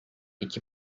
iki